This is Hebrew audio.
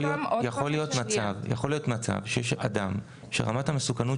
יכול להיות מצב שיש אדם שרמת המסוכנות